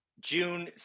June